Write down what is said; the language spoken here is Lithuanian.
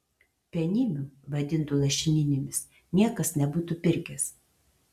penimių vadintų lašininėmis niekas nebūtų pirkęs